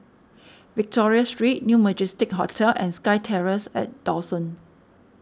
Victoria Street New Majestic Hotel and SkyTerrace at Dawson